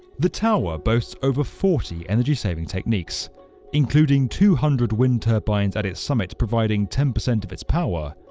the tower boasts over forty energy-saving techniques including two hundred wind turbines at its summit providing ten percent of its power,